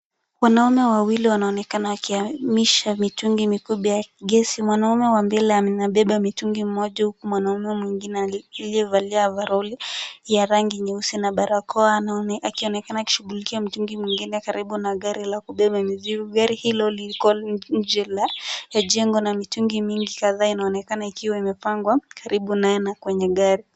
Wanaume wawili wanaonekana wakihamisha mitungi mikubwa ya gesi. Mwanaume wa mbele amenabeba mitungi mmoja huku mwanaume mwingine akijivalia avaroli ya rangi nyeusi na barakoa ana akionekana kishughulikia mitungi mingine karibu na gari la kubeba mizigo. Gari hilo liko nje la jengo na mitungi mingi kadhaa inaonekana ikiwa imepangwa karibu naye na kwenye gari.